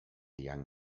young